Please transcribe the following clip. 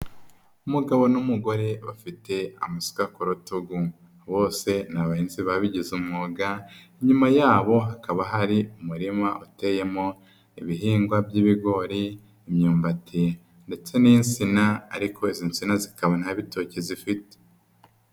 Umugabo n'umugore bafite amasuka ku rutugu bose ni abahinzi babigize umwuga, inyuma yabo hakaba hari umurima uteyemo ibihingwa by'ibigori, imyumbati ndetse n'insina ariko izi nsina zikaba nta bitoki zifite.